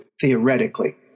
theoretically